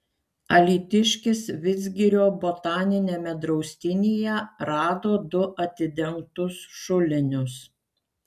alytiškis vidzgirio botaniniame draustinyje rado du atidengtus šulinius